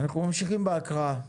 אנחנו ממשיכים בהקראה.